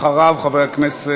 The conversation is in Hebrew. אחריה,